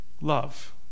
Love